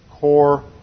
core